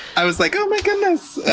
i was like, oh my goodness.